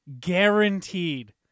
guaranteed